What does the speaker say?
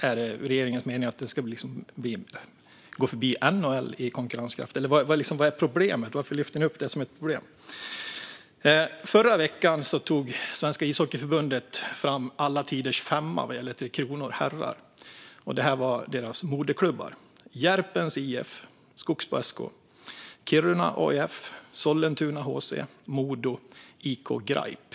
Är det regeringens mening att den ska gå förbi NHL i konkurrenskraft, eller vad är problemet? Varför lyfter ni upp detta som ett problem? I förra veckan tog Svenska Ishockeyförbundet fram alla tiders femma vad gäller herrarnas Tre Kronor. Detta var deras moderklubbar: Järpens IF, Skogsbo SK, Kiruna AIF, Sollentuna HC, Modo och IK Graip.